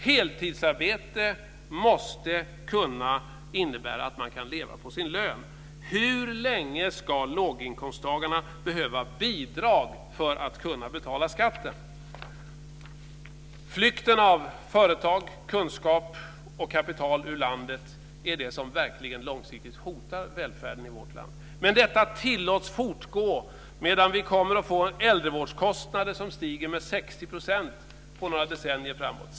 Heltidsarbete måste kunna innebära att man kan leva på sin lön. Hur länge ska låginkomsttagarna behöva bidrag för att kunna betala skatten? Flykten av företag, kunskap och kapital ur landet är det som verkligen långsiktigt hotar välfärden i vårt land. Men detta tillåts fortgå, medan vi kommer att få äldrevårdskostnader som stiger med 60 % på några decennier framöver.